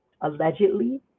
allegedly